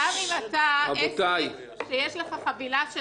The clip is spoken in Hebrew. זה כסף של החינוך,